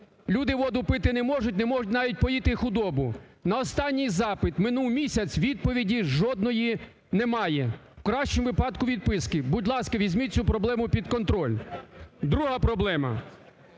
Люди воду пити не можуть, не можуть навіть поїти худобу. На останній запит, минув місяць, відповіді жодної немає. В кращому випадку відписки. Будь ласка, візьміть цю проблему під контроль. Друга проблема.